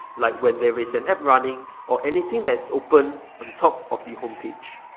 like when there is an app running or anything that's open on top of the home page.